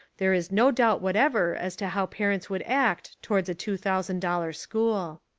there is no doubt whatever as to how par ents would act towards a two-thousand-dollar school.